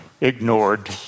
ignored